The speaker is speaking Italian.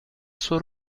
suo